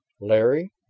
Larry